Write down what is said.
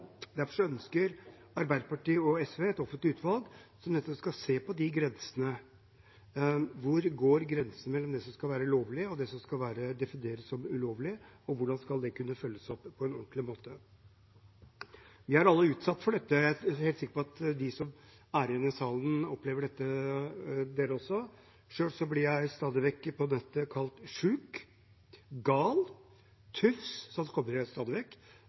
Derfor ønsker Arbeiderpartiet og SV et offentlig utvalg som skal se på de grensene. Hvor går grensen mellom det som skal være lovlig, og det som skal defineres som ulovlig? Og hvordan skal det kunne følges opp på en ordentlig måte? Vi er alle utsatt for dette. Jeg er helt sikker på at de som er igjen i salen, også opplever en del av dette. Selv blir jeg på nett stadig vekk